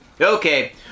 Okay